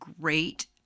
great